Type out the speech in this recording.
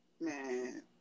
man